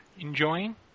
enjoying